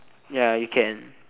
ya you can